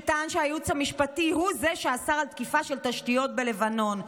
שטען שהייעוץ המשפטי הוא שאסר תקיפה של תשתיות בלבנון.